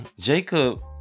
Jacob